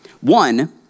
One